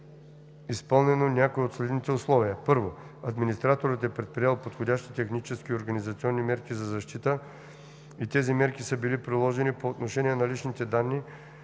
изпълнено някое от следните условия: 1. администраторът е предприел подходящи технически и организационни мерки за защита и тези мерки са били приложени по отношение на личните данни,